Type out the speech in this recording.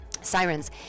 sirens